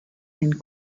den